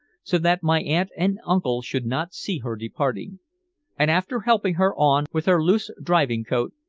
so that my aunt and uncle should not see her departing and after helping her on with her loose driving-coat,